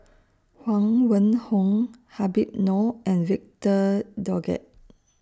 Huang Wenhong Habib Noh and Victor Doggett